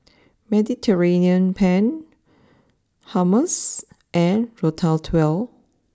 Mediterranean Penne Hummus and Ratatouille